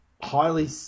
highly